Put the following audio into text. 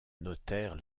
notaire